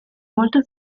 molto